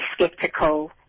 skeptical